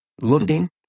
looking